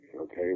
okay